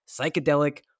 psychedelic